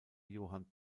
johann